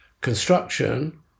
construction